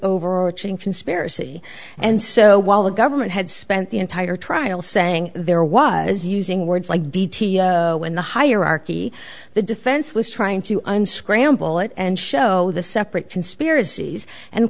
overarching conspiracy and so while the government had spent the entire trial saying there was using words like in the hierarchy the defense was trying to unscramble it and show the separate conspiracies and